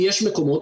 כי יש מקומות,